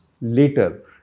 later